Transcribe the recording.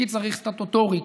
כי צריך סטטוטוריקה.